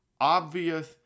obvious